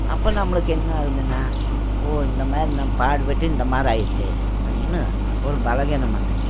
அப்போ நம்மளுக்கு என்ன ஆகுதுன்னா ஓ இந்தமாரி நம் பாடுபட்டு இந்தமாரி ஆயிடுச்சே அப்படின்னு ஒரு பலகீனம் வந்துடுது